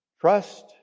Trust